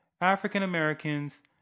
African-Americans